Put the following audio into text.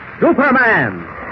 Superman